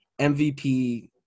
MVP